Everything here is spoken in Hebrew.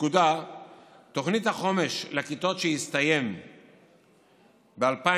תוכנית החומש לכיתות, שהסתיימה ב-2016,